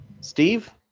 Steve